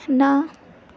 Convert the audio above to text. ਨਾ